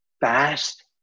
fast